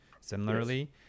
similarly